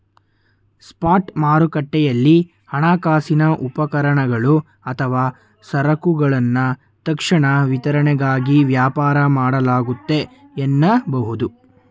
spot ಮಾರುಕಟ್ಟೆಯಲ್ಲಿ ಹಣಕಾಸಿನ ಉಪಕರಣಗಳು ಅಥವಾ ಸರಕುಗಳನ್ನ ತಕ್ಷಣ ವಿತರಣೆಗಾಗಿ ವ್ಯಾಪಾರ ಮಾಡಲಾಗುತ್ತೆ ಎನ್ನಬಹುದು